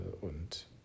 und